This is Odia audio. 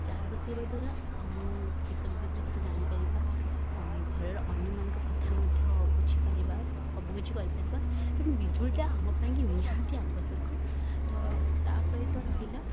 ଚାର୍ଜ ବସେଇବା ଦ୍ୱାରା ଆମ ଦେଶ ବିଦେଶର କଥା ଜାଣିପାରିବା ଘରର ଅନ୍ୟମାନଙ୍କ କଥା ମଧ୍ୟ ବୁଝିପାରିବା ସବୁକିଛି କରିପାରିବା ତେଣୁ ବିଜୁଳିଟା ଆମ ପାଇଁକି ନିହାତି ଆବଶ୍ୟକ ତ ତା' ସହିତ ରହିଲା